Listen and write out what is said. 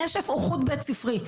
הנשף הוא חוץ בית ספרי,